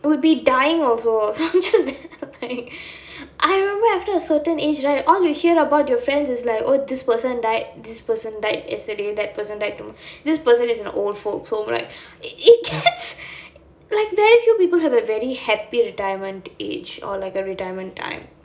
would be dying also so I'm just there like I remember after a certain age right all you hear about your friends is like oh this person died this person died yesterday that person died tom~ person is in old folks' home right it gets like very few people have a very happy retirement age or like a retirement time